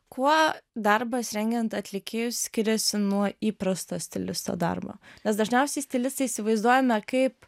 kuo darbas rengiant atlikėjus skiriasi nuo įprasto stilisto darbo nes dažniausiai stilistą įsivaizduojame kaip